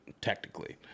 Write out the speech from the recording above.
technically